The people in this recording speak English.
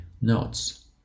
notes